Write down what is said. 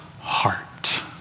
heart